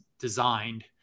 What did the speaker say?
designed